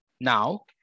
now